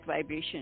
vibration